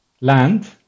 land